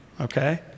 okay